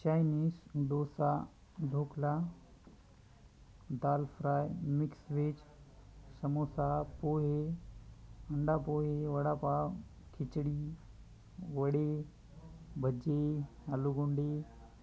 Chinese dosa dhokla dal fry mix veg samosa pohe अंडा पोहे वडापाव खिचडी वडी भजी आलूगुंडी